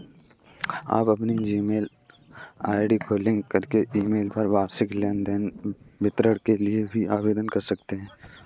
आप अपनी Gmail ID को लिंक करके ईमेल पर वार्षिक लेन देन विवरण के लिए भी आवेदन कर सकते हैं